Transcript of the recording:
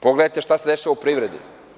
Pogledajte šta se dešava u privredi.